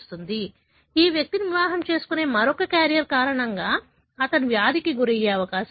ఇతర ఈ వ్యక్తిని వివాహం చేసుకునే మరొక క్యారియర్ కారణంగా అతను వ్యాధికి గురయ్యే అవకాశం ఉంది